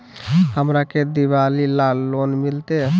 हमरा के दिवाली ला लोन मिलते?